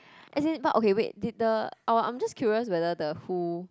as in but okay wait did the ah I'm just curious whether the who